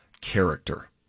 character